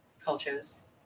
cultures